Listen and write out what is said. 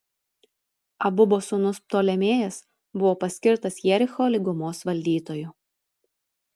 abubo sūnus ptolemėjas buvo paskirtas jericho lygumos valdytoju